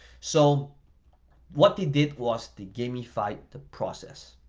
so what he did was to gamify the process.